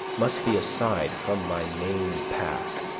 must be aside from my main path,